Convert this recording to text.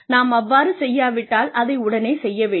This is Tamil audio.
நாம் அவ்வாறு செய்யாவிட்டால் அதை உடனே செய்ய வேண்டும்